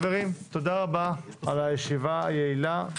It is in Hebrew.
תודה רבה על הישיבה היעילה.